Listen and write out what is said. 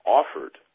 offered